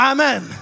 Amen